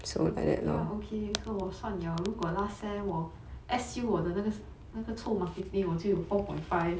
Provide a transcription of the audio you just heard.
ya okay so 我算 liao 如果 last sem 我 S_U 我的那个臭 marketing 我就有 four point five